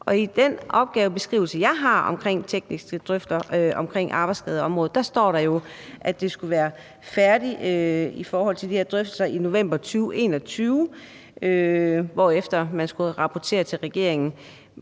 I den opgavebeskrivelse, jeg har, om tekniske drøftelser omkring arbejdsskadeområdet står der jo, at de her drøftelser skulle være færdige i november 2021, hvorefter man skulle have rapporteret til regeringen.